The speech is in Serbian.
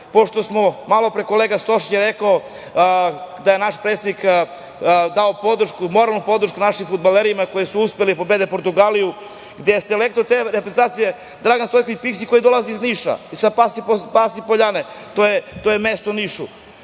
pošto je malo pre kolega Stošić rekao, da je naš predsednik dao moralnu podršku našim fudbalerima koji su uspeli da pobede Portugaliju, da je selektor te reprezentacije Dragan Stojković Piksi koji dolazi iz Niša, sa Pasi Poljane. Moram da